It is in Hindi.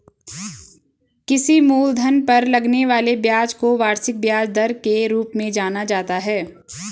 किसी मूलधन पर लगने वाले ब्याज को वार्षिक ब्याज दर के रूप में जाना जाता है